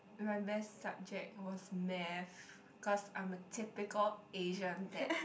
my best subject was math cause I'm a typical Asian that